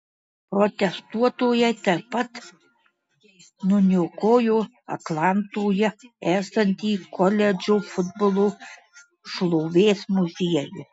protestuotojai taip pat nuniokojo atlantoje esantį koledžo futbolo šlovės muziejų